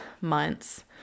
months